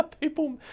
People